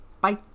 Bye